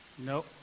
Nope